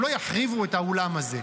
הם לא יחריבו את האולם הזה.